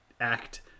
act